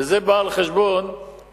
וזה בא על חשבון טיפול